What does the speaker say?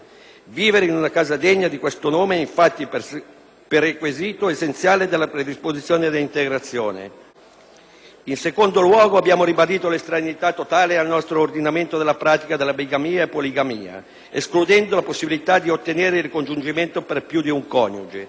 Vivere in una casa degna di questo nome è, infatti, prerequisito essenziale della predisposizione all'integrazione. In secondo luogo, abbiamo ribadito l'estraneità totale al nostro ordinamento della pratica della bigamia e poligamia, escludendo la possibilità di ottenere il ricongiungimento per più di un coniuge.